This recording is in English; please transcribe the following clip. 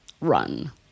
Run